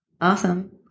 Awesome